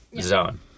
zone